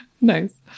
Nice